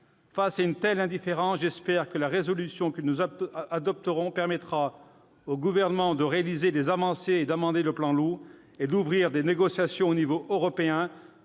Face à une telle indifférence, j'espère que la proposition de résolution que nous adopterons permettra au Gouvernement de réaliser des avancées, d'amender le plan Loup et d'ouvrir des négociations sur le sujet